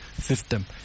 system